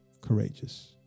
courageous